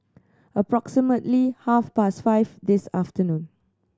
approximately half past five this afternoon